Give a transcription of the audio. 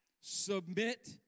submit